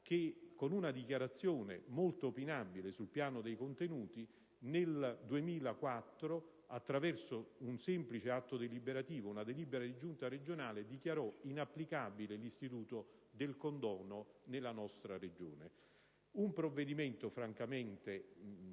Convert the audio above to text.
che, con una dichiarazione molto opinabile sul piano dei contenuti, nel 2004, attraverso un semplice atto deliberativo, ossia una delibera di Giunta regionale, dichiarò inapplicabile l'istituto del condono nella Regione stessa. Si tratta di un provvedimento francamente